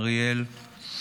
אריאל.